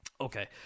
Okay